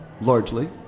largely